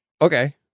okay